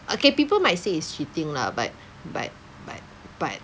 okay people might say it's cheating lah but but but but